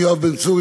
יואב בן צור,